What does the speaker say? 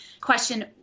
question